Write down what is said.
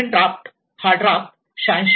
famine draft हा draft 86